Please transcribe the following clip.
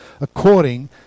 according